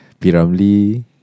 Piramli